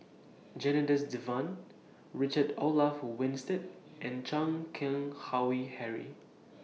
Janadas Devan Richard Olaf Winstedt and Chan Keng Howe Harry